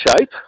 shape